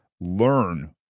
learn